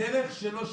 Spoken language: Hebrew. הדרך שלו היא